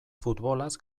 futbolaz